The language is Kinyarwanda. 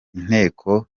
inteko